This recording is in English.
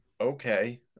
okay